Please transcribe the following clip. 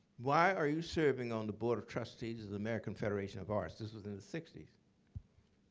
why are you serving on the board of trustees of the american federation of arts? this was in the sixty